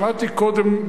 שמעתי קודם,